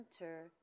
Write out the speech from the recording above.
enter